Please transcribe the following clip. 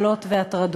קיום.